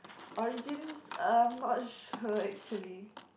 origins I'm not sure actually